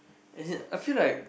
as in I feel like